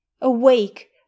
Awake